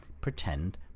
pretend